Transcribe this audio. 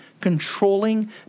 controlling